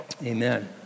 Amen